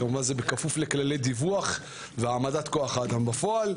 כמובן שזה בכפוף לכללי דיווח והעמדת כוח האדם בפועל.